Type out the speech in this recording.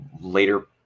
later